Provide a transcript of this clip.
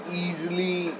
easily